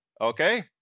Okay